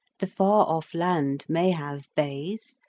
the far-off land may have bays,